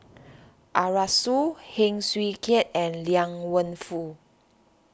Arasu Heng Swee Keat and Liang Wenfu